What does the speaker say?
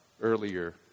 earlier